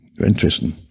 interesting